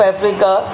Africa